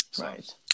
Right